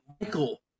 Michael